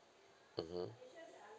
mmhmm